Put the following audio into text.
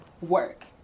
work